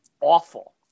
awful